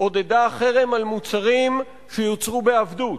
עודדה חרם על מוצרים שיוצרו בעבדות.